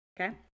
Okay